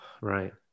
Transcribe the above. Right